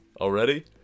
already